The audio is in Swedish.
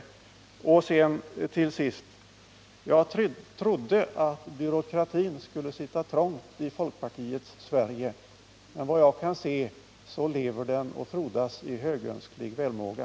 Slutligen vill jag tillägga att jag trodde att byråkratin skulle sitta trångt i folkpartiets Sverige, men efter vad jag kan se lever den och frodas i högönsklig välmåga.